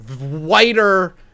whiter